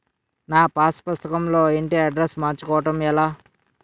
నా పాస్ పుస్తకం లో ఇంటి అడ్రెస్స్ మార్చుకోవటం ఎలా?